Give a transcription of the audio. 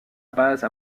base